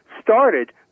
started